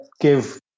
give